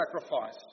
sacrifice